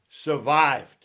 survived